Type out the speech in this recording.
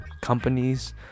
companies